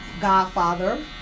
godfather